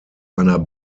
einer